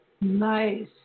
Nice